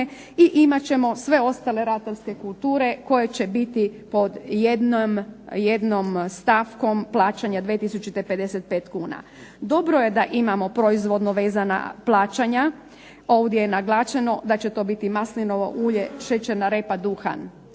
i imat ćemo sve ostale ratarske kulture koje će biti pod jednom stavkom plaćanja 2000-te 55 kuna. Dobro je da imamo proizvodno vezana plaćanja, ovdje je naglašeno da će to biti maslinovo ulje, šećerna repa, duhan.